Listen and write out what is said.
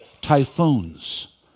typhoons